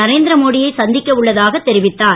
நரேந்திரமோடியை சந்திக்க உள்ள தாக தெரிவித்தார்